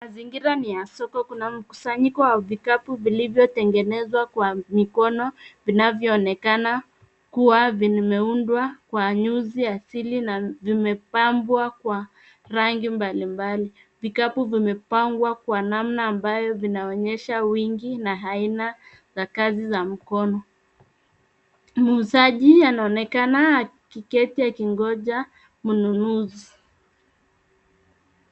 Mazingira ni ya soko. Kuna mkusanyiko wa vikapu vilivyotengenezwa kwa mikono, vinavyoonekana kuwa vimeundwa kwa nyuzi asili na vimepambwa kwa rangi mbalimbali. Vikapu vimepangwa kwa namna ambayo vinaonyesha wingi na aina za kazi za mkono. Muuzaji anaonekana akiketi akingoja mnunuzi.